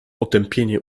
otępienie